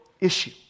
Issue